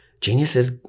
Geniuses